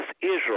Israel